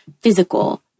physical